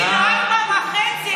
בגיל ארבע וחצי.